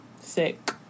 sick